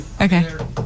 okay